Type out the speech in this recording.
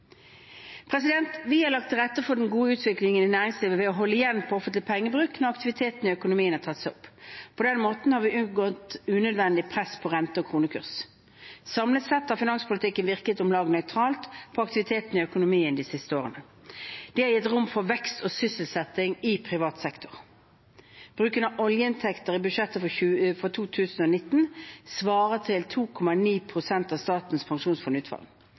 Vi har lagt til rette for den gode utviklingen i næringslivet ved å holde igjen på offentlig pengebruk når aktiviteten i økonomien har tatt seg opp. På den måten har vi unngått unødvendig press på rente og kronekurs. Samlet sett har finanspolitikken virket om lag nøytralt på aktiviteten i økonomien de siste årene. Det har gitt rom for vekst og sysselsetting i privat sektor. Bruken av oljeinntekter i budsjettet for 2019 svarer til 2,9 pst. av Statens